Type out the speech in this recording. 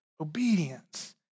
obedience